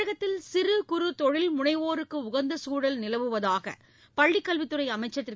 தமிழகத்தில் சிறு குறு தொழில் முனைவோருக்கு உகந்த சூழல் நிலவுவதாக பள்ளிக் கல்வித் துறை அமைச்சர் திரு